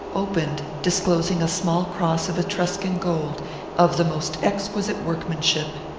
opened, disclosing a small cross of etruscan gold of the most exquisite workmanship.